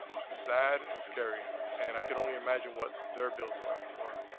sad and scary. and i could only imagine what their bills are for,